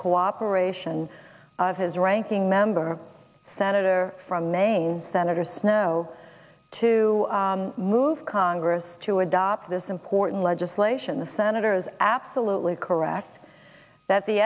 cooperation of his ranking member senator from maine senator snowe to move congress to adopt this important legislation the senator is absolutely correct that the